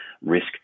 risk